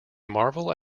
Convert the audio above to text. marvel